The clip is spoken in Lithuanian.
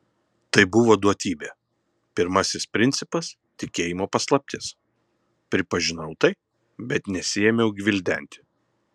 tai buvo duotybė pirmasis principas tikėjimo paslaptis pripažinau tai bet nesiėmiau gvildenti